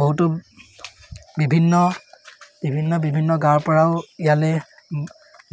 বহুতো বিভিন্ন বিভিন্ন বিভিন্ন গাঁৱৰপৰাও ইয়ালৈ